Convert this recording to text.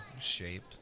shape